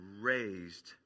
raised